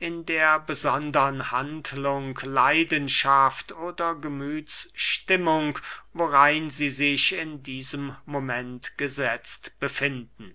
in der besondern handlung leidenschaft oder gemüthsstimmung worein sie sich in diesem moment gesetzt befinden